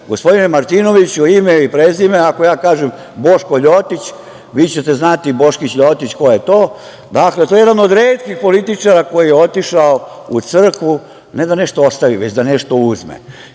gospodine Martinoviću, ime i prezime, ako ja kažem „Boško Ljotić“, vi ćete znati „Boškić Ljotić“ ko je to. Dakle, to je jedan od retkih političara koji je otišao u crkvu ne da nešto ostavi, već da nešto uzme.